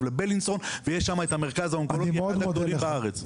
לבלינסון ויש שם את המרכז האונקולוגי אחד הגדולים בארץ .